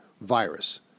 virus